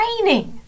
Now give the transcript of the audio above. training